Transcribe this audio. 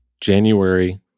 January